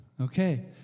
Okay